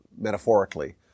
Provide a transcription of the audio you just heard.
metaphorically